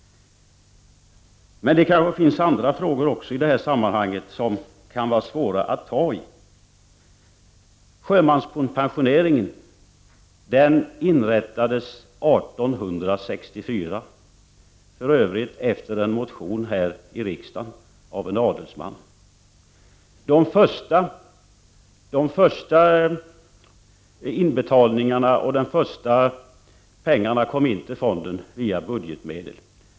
Men det kanske finns andra frågor i det här sammanhanget som kan vara svåra att tai. Sjömanspensioneringen inrättades 1864, för övrigt efter en motion här i riksdagen av en adelsman. De första inbetalningarna till fonden kom via budgetmedel.